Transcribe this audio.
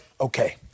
okay